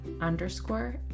underscore